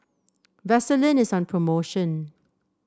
vaselin is on promotion